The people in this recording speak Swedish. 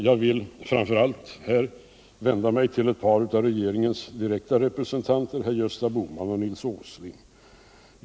Jag vill framför allt Finansdebatt Finansdebatt 60 här vända mig till ett par av regeringens direkta representanter, herrar Gösta Bohman och Nils Åsling.